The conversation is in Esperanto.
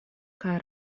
kaj